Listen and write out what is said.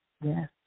Yes